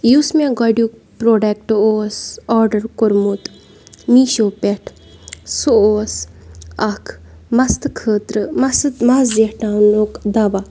یُس مےٚ گۄڈیُک پرٛوڈکٹ اوس آرڈر کوٚرمُت میٖشو پٮ۪ٹھ سُہ اوس اَکھ مستہٕ خٲطرٕ مَسہٕ مَس زیٹناونُک دوا